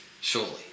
Surely